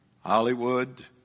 Hollywood